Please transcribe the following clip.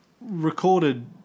recorded